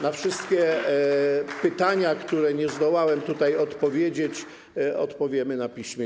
Na wszystkie pytania, na które nie zdołałem tutaj odpowiedzieć, odpowiemy na piśmie.